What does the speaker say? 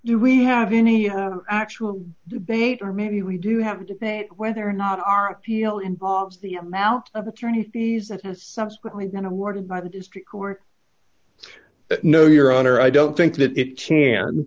do we have any actual debate or maybe we do have to say whether or not our appeal involves the amount of attorney fees that has subsequently been awarded by the district court no your honor i don't think that it c